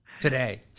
today